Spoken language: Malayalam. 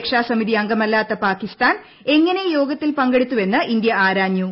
രക്ഷാസമിതി അംഗ്ലമല്ലാത്ത് പാകിസ്ഥാൻ എങ്ങനെ യോഗത്തിൽ പങ്കെടുത്തു ൃഷ്എന്ന് ്ഇന്ത്യ ആരാഞ്ഞു